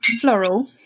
floral